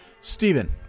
Stephen